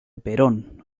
perón